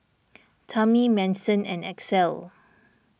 Tami Manson and Axel